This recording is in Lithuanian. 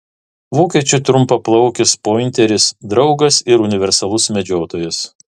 vokiečių trumpaplaukis pointeris draugas ir universalus medžiotojas